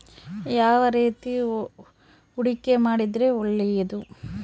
ಯಾವ ರೇತಿ ಹೂಡಿಕೆ ಮಾಡಿದ್ರೆ ಒಳ್ಳೆಯದು?